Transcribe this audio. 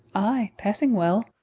ay, passing well.